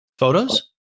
photos